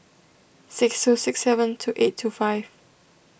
six two six seven two eight two five